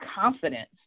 confidence